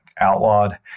outlawed